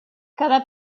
cada